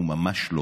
הוא ממש לא.